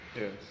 yes